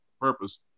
purpose